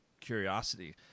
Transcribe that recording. curiosity